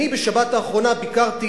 בשבת האחרונה ביקרתי